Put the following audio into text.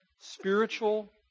spiritual